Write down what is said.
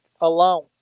alone